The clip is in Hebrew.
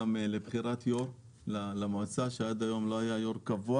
גם לבחירת יו"ר למועצה עד היום לא היה יו"ר קבוע